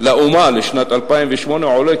לאומה לשנת 2008 עולה,